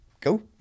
go